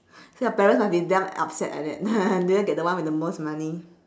so your parents must be damn upset like that didn't get the one with the most money